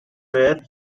were